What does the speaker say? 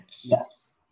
Yes